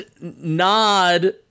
nod